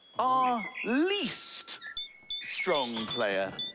ah least strong player,